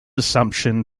assumption